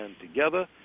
together